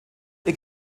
ihr